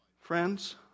Friends